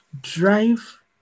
drive